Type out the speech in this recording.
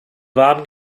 warmen